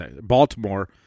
Baltimore